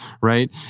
right